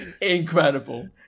incredible